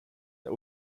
der